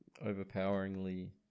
Overpoweringly